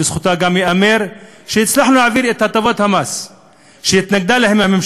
ולזכותה גם ייאמר שהצלחנו להעביר את הטבות המס שהממשלה התנגדה להן,